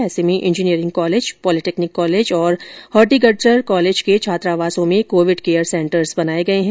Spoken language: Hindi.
ऐसे में इंजीनियरिंग कॉलेज पोलिटेक्निक कॉलेज और हॉर्टिकल्वर कॉलेज के छात्रावासों में कोविड केयर सेटर्स बनाए गए है